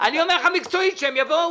אני אומר לך מקצועית שהם יבואו.